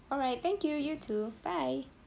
alright thank you you too bye